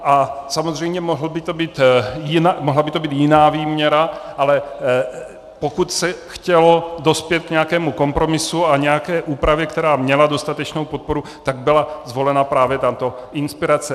A samozřejmě mohla by to být jiná výměra, ale pokud se chtělo dospět k nějakému kompromisu a nějaké úpravě, která měla dostatečnou podporu, tak byla zvolena právě tato inspirace.